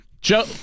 Joe